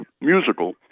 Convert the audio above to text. musical